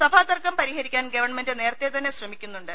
സഭാതർക്കം പരി ഹരിക്കാൻ ഗവൺമെന്റ് നേരത്തെതന്നെ ശ്രമിക്കുന്നുണ്ട്